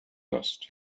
dust